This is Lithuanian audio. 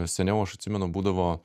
seniau aš atsimenu būdavo